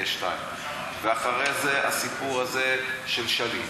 ואחרי זה הסיפור הזה של שליט,